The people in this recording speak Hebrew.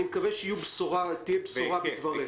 אני מקווה שתהיה בשֹורה בדבריך.